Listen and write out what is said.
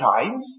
times